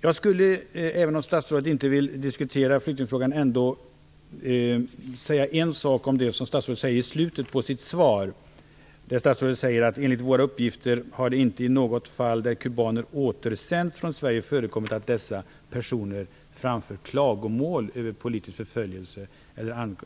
Jag vet att statsrådet inte vill diskutera flyktingfrågan, men jag skulle ändå vilja kommentera det som statsrådet säger i slutet av sitt svar. Han säger: "Enligt våra uppgifter har det inte i något fall där kubaner återsänts från Sverige förekommit att dessa personer framfört klagomål över politisk förföljelse